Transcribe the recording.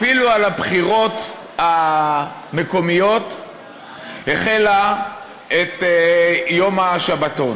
אפילו על הבחירות המקומיות החלה את יום השבתון.